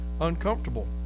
uncomfortable